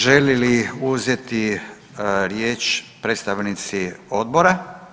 Želi li uzeti riječ predstavnici odbora?